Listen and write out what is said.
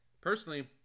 personally